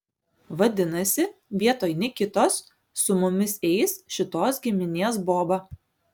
vadinasi vietoj nikitos su mumis eis šitos giminės boba